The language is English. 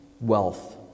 wealth